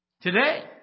Today